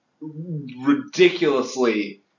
ridiculously